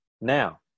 Now